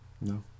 No